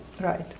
Right